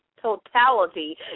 totality